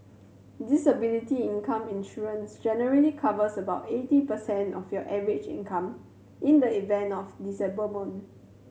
disability income insurance generally covers about eighty percent of your average income in the event of disablement